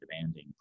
demanding